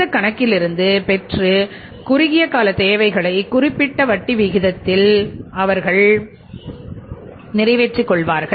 இந்த கணக்கிலிருந்து பெற்று குறுகிய கால தேவைகளை குறிப்பிட்ட வட்டி விகிதத்தில் நிறைவேற்றிக் கொள்வார்கள்